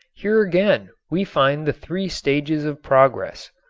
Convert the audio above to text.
here again we find the three stages of progress,